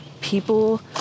people